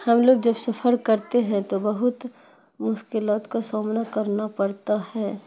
ہم لوگ جب سفر کرتے ہیں تو بہت مشکلات کا سامنا کرنا پڑتا ہے